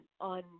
on